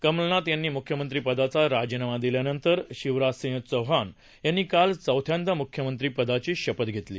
कमलनाथ यांनी मुख्यमंत्रीपदाचा राजीनामा दिल्यानंतर शिवराजसिंह चौहान यांनी काल चौथ्यांदा म्ख्यमंत्रीपदाची शपथ घेतली